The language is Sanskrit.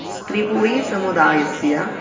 स्त्रीपुडी समुदायस्य